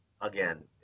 again